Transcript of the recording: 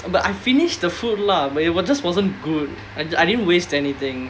but I finished the food lah but it was just wasn't good and I didn't waste anything